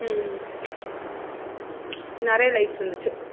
நிறைய லைக்ஸ் வந்துச்சு